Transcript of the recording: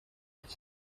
iki